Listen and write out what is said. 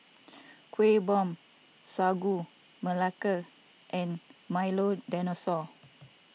Kuih Bom Sagu Melaka and Milo Dinosaur